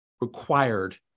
required